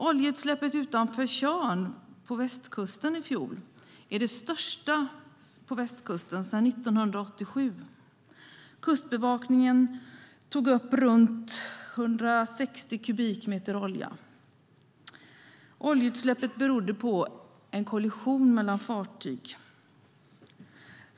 Oljeutsläppet utanför Tjörn i fjol är det största på västkusten sedan 1987. Kustbevakningen tog upp runt 160 kubikmeter olja. Oljeutsläppet berodde på en kollision mellan fartyg.